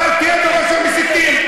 אבל תהיה בראש המסיתים.